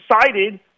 decided